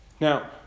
Now